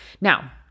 Now